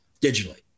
digitally